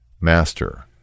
Master